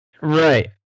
Right